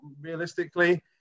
realistically